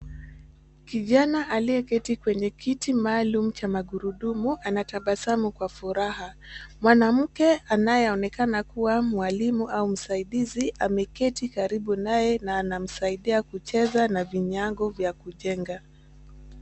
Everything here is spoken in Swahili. Kijana aliye keti kwenye kiti maalum cha magurudumu anatabasamu kwa furaha. Mwanamke anaye onekana kuwa mwalimu au msaidizi ameketi karibu naye na anamsaidia kucheza na vinyango vya kujenga.